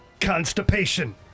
Constipation